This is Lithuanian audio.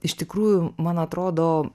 iš tikrųjų man atrodo